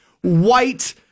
white